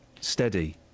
Steady